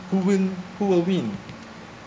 proven who will win